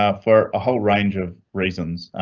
um for a whole range of reasons,